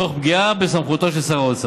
תוך פגיעה בסמכותו של שר האוצר.